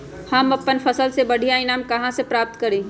हम अपन फसल से बढ़िया ईनाम कहाँ से प्राप्त करी?